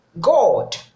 God